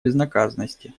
безнаказанности